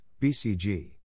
BCG